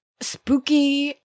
spooky